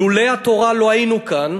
לולא התורה לא היינו כאן,